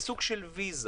במדינות שיש צורך בוויזה